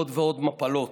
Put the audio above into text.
עוד ועוד מפלות.